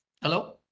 Hello